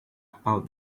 about